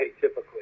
typically